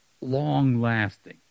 long-lasting